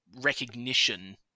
recognition